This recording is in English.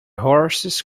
horses